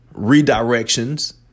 redirections